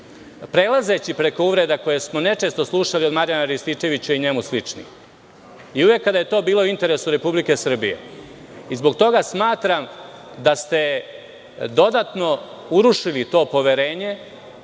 prelazeći preko uvreda koje smo nečesto slušali od Marjana Rističevića i njemu sličnim i uvek kada je to bilo u interesu Republike Srbije. Zbog toga smatram da ste dodatno urušili to poverenje,